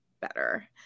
better